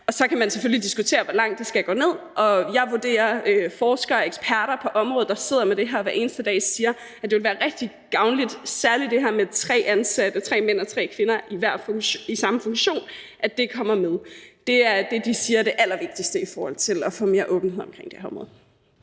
Så kan man selvfølgelig diskutere, hvor langt det skal gå ned. Og jeg og forskere og eksperter på området siger, at det ville være rigtig gavnligt at få med, altså særlig det her med tre ansatte, tre mænd og tre kvinder i samme funktion. Det er det, de siger er det allervigtigste i forhold til at få mere åbenhed omkring det her område.